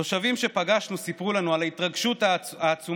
תושבים שפגשנו סיפרו לנו על ההתרגשות העצומה